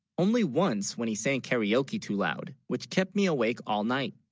only once when he sang karaoke too loud, which kept me awake all night,